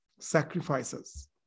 sacrifices